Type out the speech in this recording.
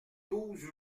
douze